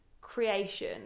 creation